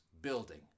building